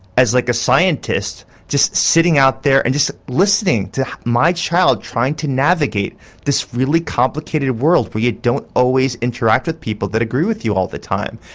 as like a scientist just sitting out there and listening to my child trying to navigate this really complicated world where you don't always interact with people that agree with you all the time.